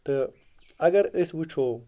تہٕ اگر أسۍ وٕچھو